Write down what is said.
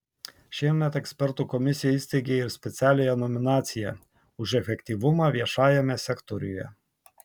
šiemet ekspertų komisija įsteigė ir specialiąją nominaciją už efektyvumą viešajame sektoriuje